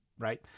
Right